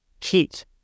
Heat